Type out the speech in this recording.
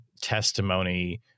testimony